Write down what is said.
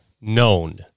known